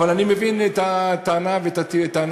אבל אני מבין את הטענה הזאת,